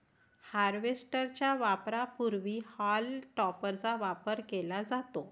harvester च्या वापरापूर्वी हॉल टॉपरचा वापर केला जातो